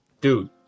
dude